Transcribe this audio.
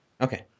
Okay